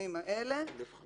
אז למה שלא תשימי 5,000?